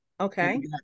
Okay